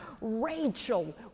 Rachel